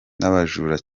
n’abajura